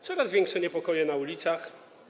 Coraz większe niepokoje na ulicach.